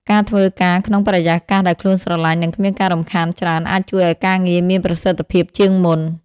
ការធ្វើការក្នុងបរិយាកាសដែលខ្លួនស្រឡាញ់ និងគ្មានការរំខានច្រើន អាចជួយឱ្យការងារមានប្រសិទ្ធភាពជាងមុន។